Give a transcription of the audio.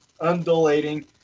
undulating